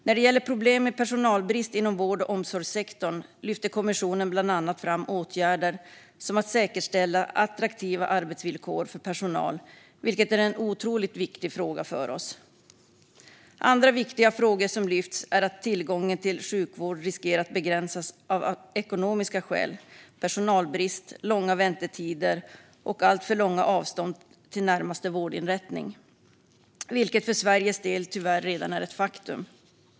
När det gäller problem med personalbrist inom vård och omsorgssektorn lyfter kommissionen bland annat fram åtgärder som att säkerställa attraktiva arbetsvillkor för personal, vilket är en otroligt viktig fråga för oss. Andra viktiga frågor som lyfts fram är att tillgången till sjukvård riskerar att begränsas av ekonomiska skäl, personalbrist, långa väntetider och alltför långa avstånd till närmaste vårdinrättning, vilket för Sveriges del tyvärr redan är ett faktum.